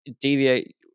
deviate